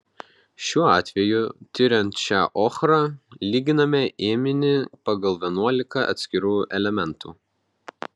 šiuo atveju tiriant šią ochrą lyginame ėminį pagal vienuolika atskirų elementų